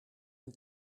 een